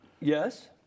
Yes